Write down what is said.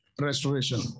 restoration